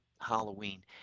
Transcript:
Halloween